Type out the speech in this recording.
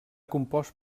compost